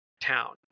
town